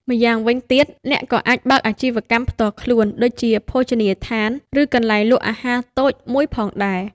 ម្យ៉ាងវិញទៀត អ្នកក៏អាចបើកអាជីវកម្មផ្ទាល់ខ្លួន ដូចជាភោជនីយដ្ឋាន ឬកន្លែងលក់អាហារតូចមួយផងដែរ។